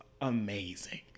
amazing